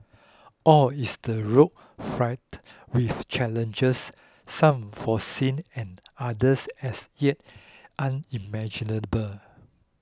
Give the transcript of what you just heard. or is the road fraught with challenges some foreseen and others as yet unimaginable